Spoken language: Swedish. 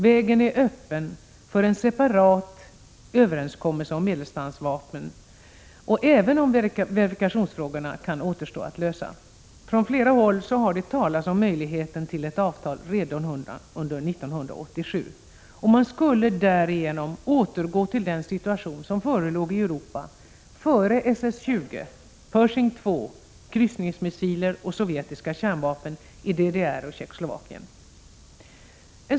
Vägen för en separat överenskommelse om medeldistansvapen borde ligga öppen, även om t.ex. verifikationsfrågor kan återstå att lösa. Från flera håll har talats om möjligheten till avtal redan under 1987. Man skulle därigenom återgå till den situation som förelåg i Europa före SS 20, Pershing II, kryssningsmissiler och sovjetiska kärnvapen i DDR och Tjeckoslovakien.